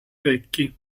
vecchi